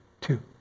two